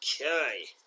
Okay